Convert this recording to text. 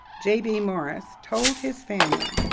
j b. morris told his family,